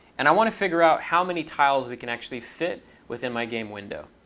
and i want to figure out how many tiles we can actually fit within my game window.